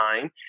time